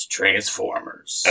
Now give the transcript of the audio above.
Transformers